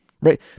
right